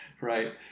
Right